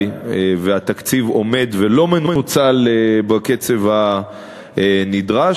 והתקציב עומד ולא מנוצל בקצב הנדרש.